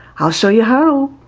i'll show you how!